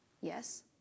Yes